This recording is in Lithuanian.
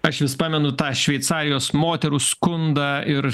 aš vis pamenu tą šveicarijos moterų skundą ir